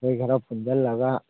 ꯑꯩꯈꯣꯏ ꯈꯔ ꯄꯨꯟꯁꯜꯂꯒ